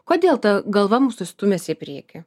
kodėl ta galva mūsų stumiasi į priekį